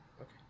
okay